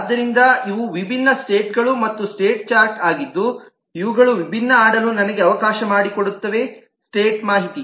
ಆದ್ದರಿಂದ ಇವು ವಿಭಿನ್ನ ಸ್ಟೇಟ್ಗಳು ಮತ್ತು ಸ್ಟೇಟ್ ಚಾರ್ಟ್ ಆಗಿದ್ದು ಇವುಗಳು ವಿಭಿನ್ನವಾಗಿ ಆಡಲು ನನಗೆ ಅವಕಾಶ ಮಾಡಿಕೊಡುತ್ತವೆ ಸ್ಟೇಟ್ ಮಾಹಿತಿ